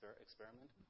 experiment